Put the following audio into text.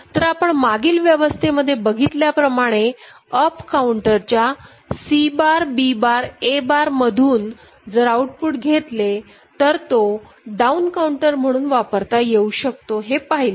तर आपण मागील व्यवस्थे मध्ये बघितल्याप्रमाणे अपकाउंटरच्या C bar B bar A bar मधून जर आउट पुट घेतले तर तो डाऊन काउंटर म्हणून वापरता येऊ शकतो हे पाहिले